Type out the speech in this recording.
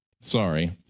sorry